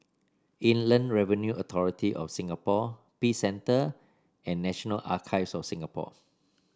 Inland Revenue Authority of Singapore Peace Centre and National Archives of Singapore